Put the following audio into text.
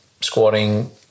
squatting